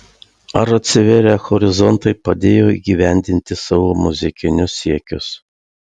ar atsivėrę horizontai padėjo įgyvendinti savo muzikinius siekius